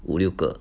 五六个